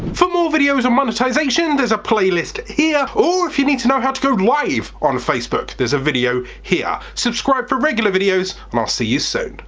for more videos on monetization, there's a playlist here. or if you need to know how to go live on facebook. there's a video here, subscribe for regular videos and i'll see you soon.